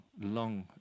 long